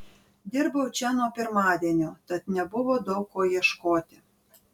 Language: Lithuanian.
dirbau čia nuo pirmadienio tad nebuvo daug ko ieškoti